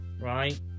right